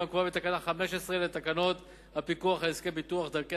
הקבועה בתקנה 15 לתקנות הפיקוח על עסקי ביטוח (דרכי